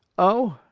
oh,